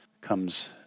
comes